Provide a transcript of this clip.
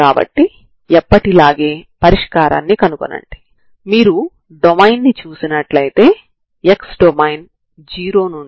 కాబట్టి మనం ఈ సరిహద్దు విలువ కలిగిన సమస్యను రెండు సమస్యలుగా విభజిద్దాం